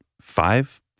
five